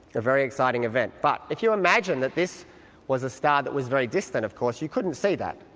a very exciting event. but if you imagine that this was a star that was very distant, of course you couldn't see that,